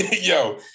Yo